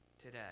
today